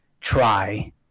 try